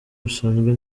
busanzwe